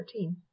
13